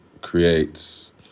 creates